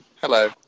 Hello